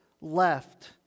left